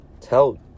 tell